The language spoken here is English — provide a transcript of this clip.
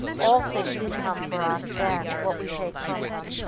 all things become for us then what we take from them.